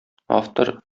автор